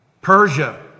Persia